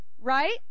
Right